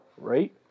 right